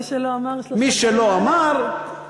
מי שלא אמר שלושה דברים אלה,